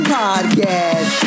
podcast